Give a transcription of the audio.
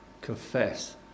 confess